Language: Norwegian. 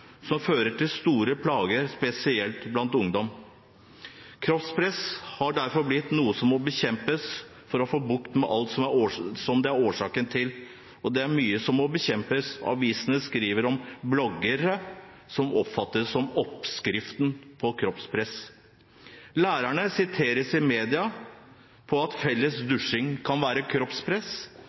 som fører til store plager, spesielt blant ungdom. Kroppspress har derfor blitt noe som må bekjempes for å få bukt med alt som det er årsaken til, og det er mye som må bekjempes: Avisene skriver om bloggere som oppfattes som oppskriften på kroppspress. Lærerne siteres i media på at felles dusjing kan være kroppspress.